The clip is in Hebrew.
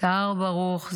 סהר ברוך,